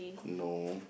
no